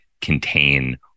contain